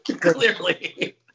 clearly